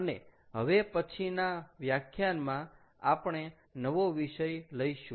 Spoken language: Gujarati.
અને હવે પછીના વ્યાખ્યાનમાં આપણે નવો વિષય લઈશું